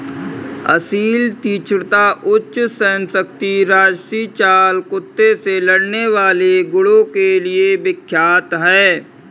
असील तीक्ष्णता, उच्च सहनशक्ति राजसी चाल कुत्ते से लड़ने वाले गुणों के लिए विख्यात है